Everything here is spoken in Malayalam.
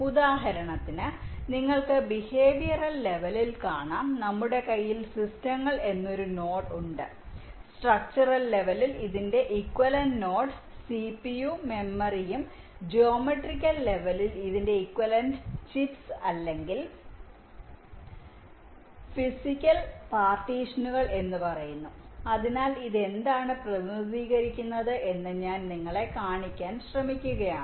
ഉദാഹരണത്തിന് നിങ്ങൾക്ക് ബിഹേവിയറൽ ലെവലിൽ കാണാം നമ്മുടെ കയ്യിൽ സിസ്റ്റങ്ങൾ എന്നൊരു നോട്ട് ഉണ്ട് സ്ട്രക്ടറൽ ലെവലിൽ ഇതിൻറെ ഇക്വിവലെന്റ് നോഡ് സിപിയു മെമ്മറിയും ജ്യോമട്രിക്കൽ ലെവലിൽ ഇതിൻറെ ഇക്വിവലെന്റ് ചിപ്സ് അല്ലെങ്കിൽ ഫിസിക്കൽ പാർട്ടീഷനുകൾ എന്ന് പറയുന്നു അതിനാൽ ഇത് എന്താണ് പ്രതിനിധീകരിക്കുന്നത് എന്ന് ഞാൻ നിങ്ങളെ കാണിക്കാൻ ശ്രമിക്കുകയാണ്